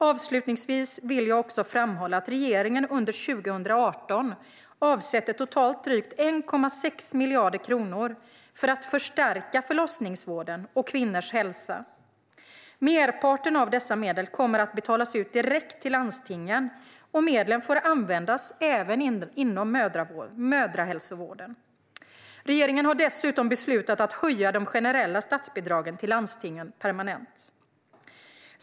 Avslutningsvis vill jag framhålla att regeringen under 2018 avsätter totalt drygt 1,6 miljarder kronor för att förstärka förlossningsvården och kvinnors hälsa. Merparten av dessa medel kommer att betalas ut direkt till landstingen, och medlen får användas även inom mödrahälsovården. Regeringen har dessutom beslutat att höja de generella statsbidragen till landstingen permanent.